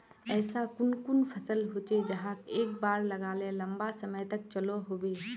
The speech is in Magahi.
ऐसा कुन कुन फसल होचे जहाक एक बार लगाले लंबा समय तक चलो होबे?